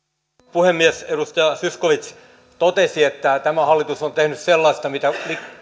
puhemies edustaja zyskowicz totesi että tämä hallitus on tehnyt sellaista mitä